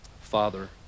Father